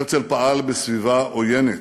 הרצל פעל בסביבה עוינת,